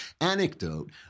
anecdote